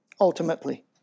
ultimately